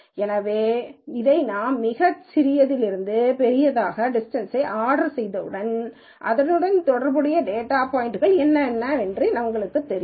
எனவே இதை நாம் மிகச்சிறியதிலிருந்து பெரியதாகச் டிஸ்டன்ஸ் ஆர்டர் செய்தவுடன் அதனுடன் தொடர்புடைய டேட்டா பாய்ன்ட்கள் என்னவென்று எங்களுக்குத் தெரியும்